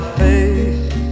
face